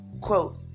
quote